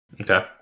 Okay